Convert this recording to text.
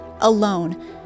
Alone